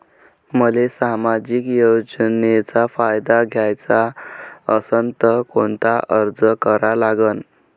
मले सामाजिक योजनेचा फायदा घ्याचा असन त कोनता अर्ज करा लागन?